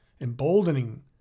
emboldening